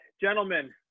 gentlemen